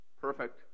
perfect